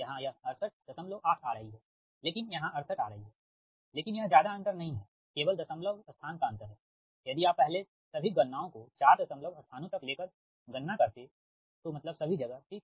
यहाँ यह 688 आ रही हैलेकिन यहाँ 68 आ रही है लेकिन यह ज्यादा अंतर नही हैकेवल दशमलव स्थान का अंतर हैयदि आप पहले सभी गणनाओं को 4 दशमलव स्थानों तक लेकर गणना करते तो मतलब सभी जगह ठीक